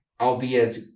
Albeit